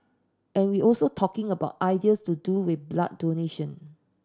and we also talking about ideas to do with blood donation